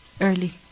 early